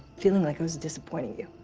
feeling like i was disappointing you.